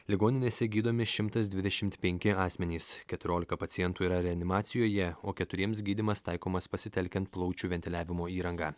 ligoninėse gydomi šimtas dvidešimt penki asmenys keturiolika pacientų yra reanimacijoje o keturiems gydymas taikomas pasitelkiant plaučių ventiliavimo įrangą